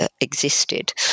existed